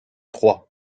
trois